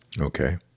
Okay